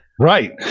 Right